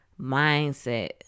mindset